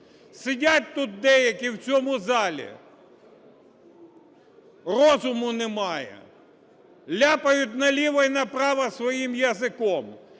Сидять тут деякі в цьому залі – розуму немає, ляпають наліво і направо своїм языком.